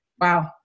wow